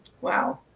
Wow